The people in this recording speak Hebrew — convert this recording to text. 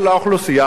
שהיא שובתת כאן,